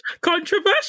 Controversial